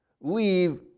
leave